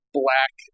black